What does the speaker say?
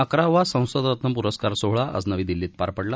अकरावा संसदरत्न पुरस्कार सोहळा आज नवी दिल्लीत पार पडला